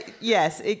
Yes